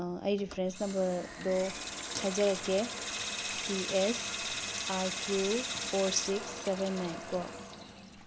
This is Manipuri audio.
ꯑ ꯑꯩ ꯔꯤꯐ꯭ꯔꯦꯟꯁ ꯅꯝꯕꯔꯗꯣ ꯍꯥꯏꯖꯔꯛꯀꯦ T S R Q four six seven ꯅꯥꯏꯟꯀꯣ